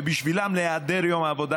ובשבילם להיעדר מיום עבודה,